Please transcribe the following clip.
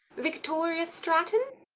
victoria stratton?